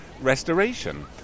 restoration